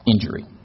injury